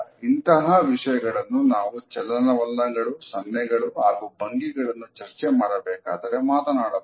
ಇಂತಹ ವಿಷಯಗಳನ್ನು ನಾವು ಚಲನವಲನಗಳು ಸನ್ನೆಗಳು ಹಾಗೂ ಭಂಗಿಗಳನ್ನು ಚರ್ಚೆ ಮಾಡಬೇಕಾದರೆ ಮಾತನಾಡಬಹುದು